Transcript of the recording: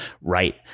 right